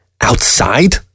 Outside